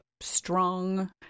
strong